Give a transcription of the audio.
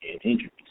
injuries